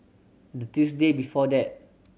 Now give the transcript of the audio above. the Tuesday before that